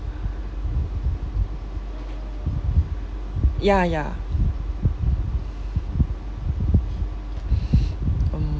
ya ya um